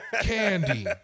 Candy